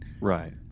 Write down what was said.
Right